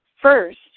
first